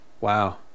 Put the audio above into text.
wow